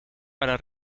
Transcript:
para